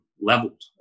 leveled